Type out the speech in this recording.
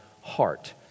heart